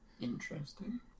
Interesting